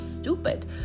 stupid